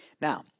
now